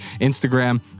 Instagram